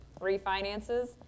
Refinances